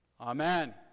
Amen